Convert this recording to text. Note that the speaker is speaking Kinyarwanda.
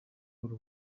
call